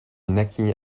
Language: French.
naquit